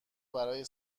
برای